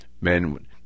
men